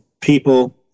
people